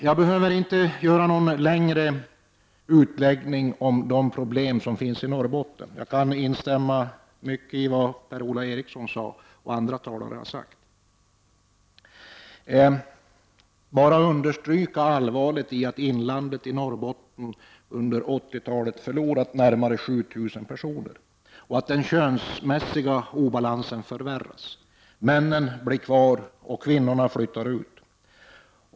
Det behövs inte någon större utläggning om problemen i Norrbotten. I stora stycken instämmer jag i det som Per-Ola Eriksson och andra talare här har sagt. Jag vill bara understryka allvaret i detta med att Norrbottens inland under 80-talet har förlorat närmare 7 000 personer. Dessutom fortsätter den könsmässiga obalansen att förvärras. Männen blir kvar i länet och kvinnorna flyttar ut.